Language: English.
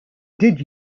did